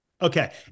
Okay